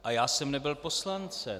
A já jsem nebyl poslancem.